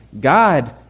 God